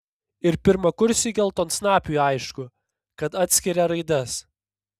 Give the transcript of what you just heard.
ir pirmakursiui geltonsnapiui aišku kad atskiria raides